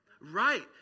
Right